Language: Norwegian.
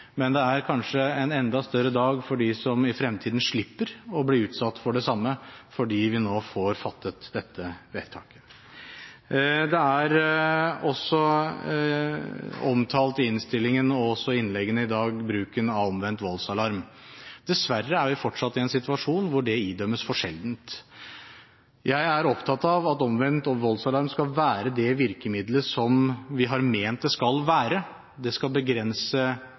men det er kanskje en enda større dag for dem som i fremtiden slipper å bli utsatt for det samme, fordi vi nå får fattet dette vedtaket. Omtalt i innstillingen og også i innleggene i dag er bruken av omvendt voldsalarm. Dessverre er vi fortsatt i en situasjon hvor det idømmes for sjelden. Jeg er opptatt av at omvendt voldsalarm skal være det virkemiddelet som vi har ment det skal være: Det skal begrense